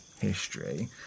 history